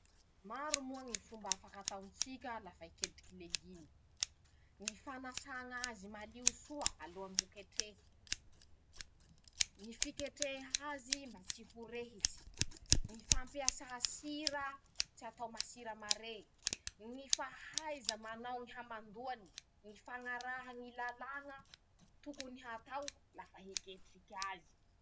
Maro moa ñy fomba afaky ataon-tsika lafa hiketriky legimy: -ñy fanasà ñ'azy malio soa alohany ho ketrehy. ñy fiketreha azy mba tsy ho rehitsy. ñy fampiasà sira tsy atao masira mare. ñy fahaiza manao ñy hamandoany. ñy fañaraha ñy lalàña tokony hatao lafa hiketrik'azy.